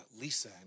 Lisa